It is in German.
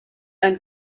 ein